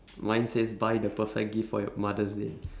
mine says buy the perfect gift for your mother's day